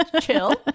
chill